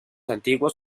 antiguos